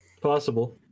Possible